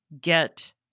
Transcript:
get